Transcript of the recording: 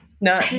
No